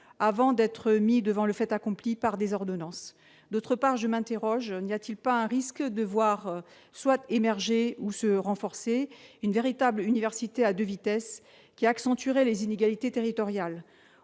avant d'être mis devant le fait accompli par des ordonnances d'autre part, je m'interroge : n'y a-t-il pas un risque de voir soit émerger ou se renforcer une véritable université à 2 vitesses qui accentuerait les inégalités territoriales,